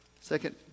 second